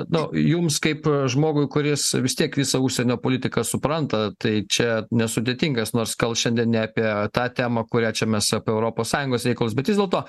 nu jums kaip žmogui kuris vis tiek visą užsienio politiką supranta tai čia nesudėtingas nors gal šiandien ne apie tą temą kurią čia mes apie europos sąjungos reikalus bet vis dėlto